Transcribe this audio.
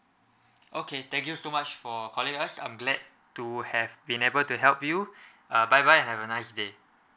okay thank you so much for calling us I'm glad to have been able to help you uh bye bye have a nice day